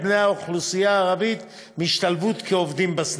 בני האוכלוסייה הערבית מהשתלבות כעובדים בסניף.